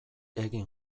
egin